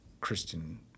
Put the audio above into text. Christian